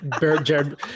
jared